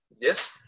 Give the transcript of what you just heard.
Yes